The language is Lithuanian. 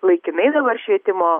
laikinai dabar švietimo